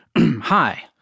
Hi